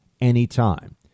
anytime